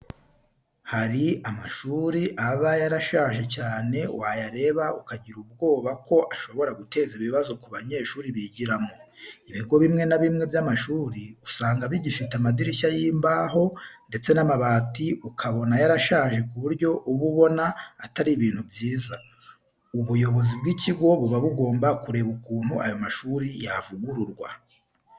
Hari amashuri aba yarashaje cyane wayareba ukagira ubwoba ko ashobora guteza ibibazo ku banyeshuri bigiramo. Ibigo bimwe na bimwe by'amashuri usanga bigifite amadirishya y'imbaho ndetse n'amabati ukabona yarashaje ku buryo uba ubona atari ibintu byiza. Ubuyobozi bw'ikigo buba bugomba kureba ukuntu ayo mashuri yavugururwa.